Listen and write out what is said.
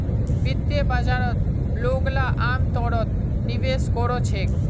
वित्तीय बाजारत लोगला अमतौरत निवेश कोरे छेक